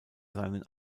seinen